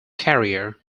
career